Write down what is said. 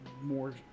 more